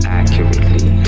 accurately